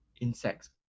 insects